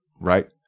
right